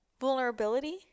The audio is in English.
vulnerability